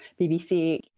bbc